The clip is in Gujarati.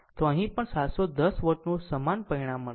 તો અહીં પણ 710 વોટનું સમાન પરિણામ મળશે